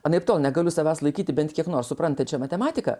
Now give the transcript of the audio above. anaiptol negaliu savęs laikyti bent kiek nors suprantančia matematiką